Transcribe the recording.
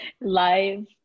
Live